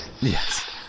Yes